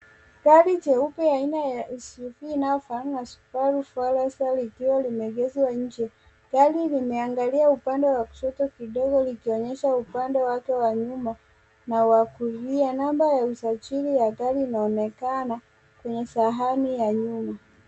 Gari jeupe aina ya SUV inayofanana na Subaru Forester likiwa limeegeshwa nje. Gari limeangalia upande wa kushoto kidogo likionyesha upande wake wa nyuma na wa kulia. Namba ya usajili ya gari inaonekana kwenye sahani ya nyuma.